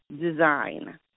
design